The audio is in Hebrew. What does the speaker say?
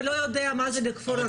ולא יודע מה זה לחפור באדמה.